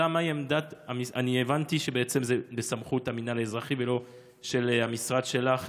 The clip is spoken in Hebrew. אני הבנתי שזה בסמכות המינהל האזרחי ולא של המשרד שלך,